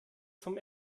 zum